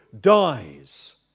dies